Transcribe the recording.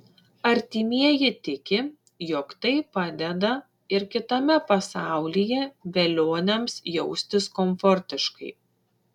artimieji tiki jog tai padeda ir kitame pasaulyje velioniams jaustis komfortiškai